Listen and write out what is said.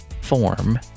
form